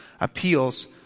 appeals